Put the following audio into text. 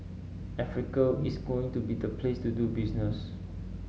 Africa is going to be the place to do business